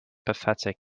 pathetic